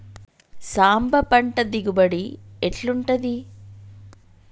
సాంబ పంట దిగుబడి ఎట్లుంటది?